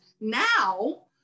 now